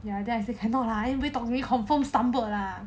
ya then I say 不要 lah 很烦的 lah